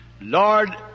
Lord